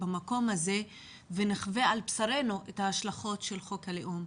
במקום הזה ונחווה על בשרינו את ההשלכות של חוק הלאום.